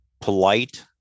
polite